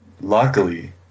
luckily